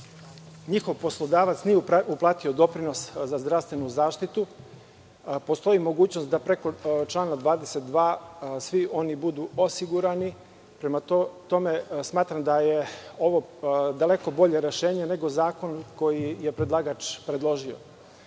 njihov poslodavac nije uplatio doprinos za zdravstvenu zaštitu, postoji mogućnost da preko člana 22. svi oni budu osigurani. Prema tome, smatram da je ovo daleko bolje rešenje nego zakon koji je predlagač predložio,